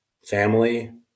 family